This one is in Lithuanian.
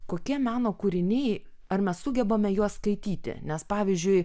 kokie meno kūriniai ar mes sugebame juos skaityti nes pavyzdžiui